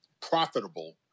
profitable